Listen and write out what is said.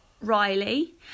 Riley